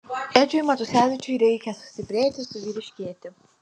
edžiui matusevičiui reikia sustiprėti suvyriškėti